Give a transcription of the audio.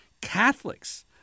Catholics